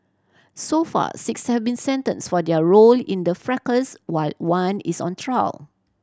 so far six have been sentenced for their role in the fracas while one is on trial